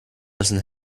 müssen